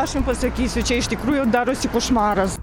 aš jums pasakysiu čia iš tikrųjų darosi košmaras